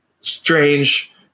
Strange